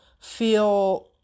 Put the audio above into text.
feel